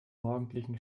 morgendlichen